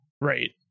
Right